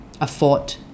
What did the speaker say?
afford